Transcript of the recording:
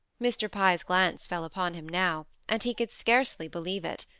mr. pye's glance fell upon him now, and he could scarcely believe it.